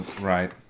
right